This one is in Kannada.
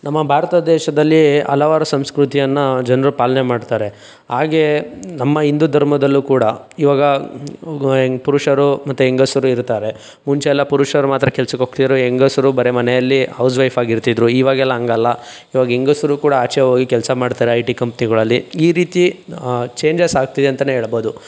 ನಮ್ಮ ಭಾರತ ದೇಶದಲ್ಲೀ ಹಲವಾರು ಸಂಸ್ಕೃತಿಯನ್ನ ಜನರು ಪಾಲನೆ ಮಾಡ್ತಾರೆ ಹಾಗೆ ನಮ್ಮ ಇಂದು ಧರ್ಮದಲ್ಲೂ ಕೂಡ ಇವಾಗ ಪುರುಷರು ಮತ್ತೆ ಹೆಂಗಸರು ಇರುತ್ತಾರೆ ಮುಂಚೆ ಎಲ್ಲ ಪುರುಷರು ಮಾತ್ರ ಕೆಲ್ಸಕ್ಕೆ ಹೋಗ್ತಿದ್ರು ಹೆಂಗಸ್ರು ಬರೀ ಮನೆಯಲ್ಲಿ ಹೌಸ್ ವೈಫ್ ಆಗಿರ್ತಿದ್ದರು ಇವಾಗೆಲ್ಲ ಹಂಗಲ್ಲ ಇವಾಗ ಹೆಂಗಸ್ರು ಕೂಡ ಆಚೆ ಹೋಗಿ ಕೆಲಸ ಮಾಡ್ತಾರೆ ಐ ಟಿ ಕಂಪ್ನಿಗಳಲ್ಲಿ ಈ ರೀತಿ ಚೇಂಜಸ್ ಆಗ್ತಿದೆ ಅಂತಲೇ ಹೇಳ್ಬೋದು